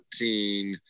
14